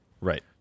Right